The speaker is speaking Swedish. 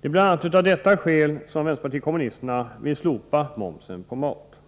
Det är av bl.a. detta skäl som vpk vill slopa momsen på mat.